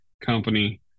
company